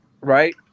right